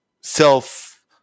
self